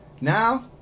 Now